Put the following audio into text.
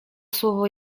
słowo